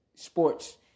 Sports